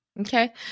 Okay